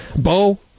Bo